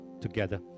together